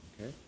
Okay